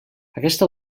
aquesta